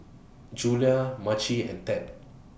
Julia Maci and Ted